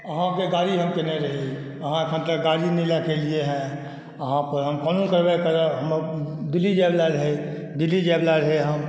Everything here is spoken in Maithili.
अहाँके गाड़ी हम कयने रही अहाँ एखन तक गाड़ी नहि लऽ कऽ एलियै हँ अहाँ पर हम कानूनी करवाई करब हम दिल्ली जाय वाला रही दिल्ली जाय वाला रही हम